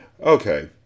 Okay